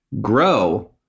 grow